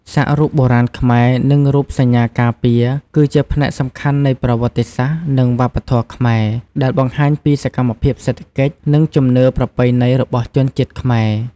សាក់រូបបុរាណខ្មែរ និងរូបសញ្ញាការពារ គឺជាផ្នែកសំខាន់នៃប្រវត្តិសាស្ត្រ និងវប្បធម៌ខ្មែរ ដែលបង្ហាញពីសកម្មភាពសេដ្ឋកិច្ច និងជំនឿប្រពៃណីរបស់ជនជាតិខ្មែរ។